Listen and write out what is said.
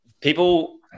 people